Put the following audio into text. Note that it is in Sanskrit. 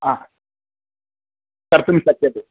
हा कर्तुं शक्यते